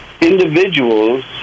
individuals